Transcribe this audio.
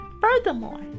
Furthermore